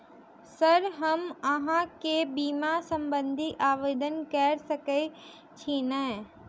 Sir हम अहाँ केँ बीमा संबधी आवेदन कैर सकै छी नै?